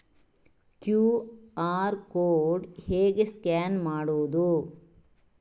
QR code ಹೇಗೆ scan ಮಾಡುವುದು?